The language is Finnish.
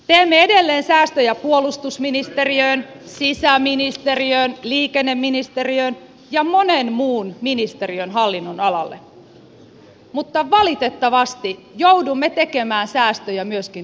teemme edelleen säästöjä puolustusministeriöön sisäministeriöön liikenneministeriöön ja monen muun ministeriön hallinnonalalle mutta valitettavasti joudumme tekemään säästöjä myöskin tulonsiirroista